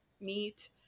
meet